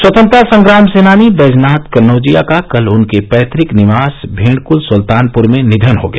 स्वतंत्रता संग्राम सेनानी बैजनाथ कन्नौजिया का कल उनके पैतक निवास मेंडकृल सुल्तानपुर में निधन हो गया